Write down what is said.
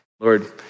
Lord